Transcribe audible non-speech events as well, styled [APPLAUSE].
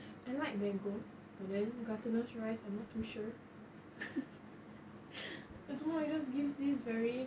I like mango but then glutinous rice I'm not too sure [LAUGHS] I don't know it just gives this very